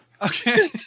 okay